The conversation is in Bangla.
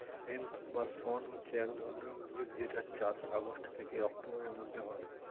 হেম্প বা শণ হচ্ছে এক ধরণের উদ্ভিদ যেটার চাষ আগস্ট থেকে অক্টোবরের মধ্যে হয়